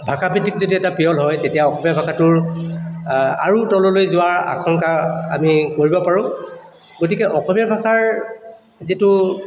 ভাষা ভিত্তিক যদি এটা পিয়ল হয় তেতিয়া অসমীয়া ভাষাটোৰ আৰু তললৈ যোৱাৰ আশংকা আমি কৰিব পাৰোঁ গতিকে অসমীয়া ভাষাৰ যিটো